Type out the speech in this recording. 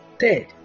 Third